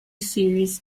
series